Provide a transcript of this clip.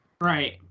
right